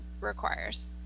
requires